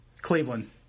Cleveland